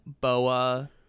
Boa